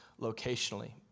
locationally